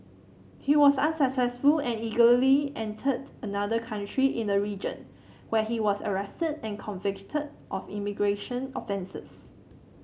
he was unsuccessful and illegally entered another country in the region where he was arrested and convicted of immigration offences